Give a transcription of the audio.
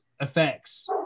effects